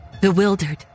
bewildered